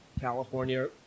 California